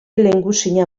lehengusina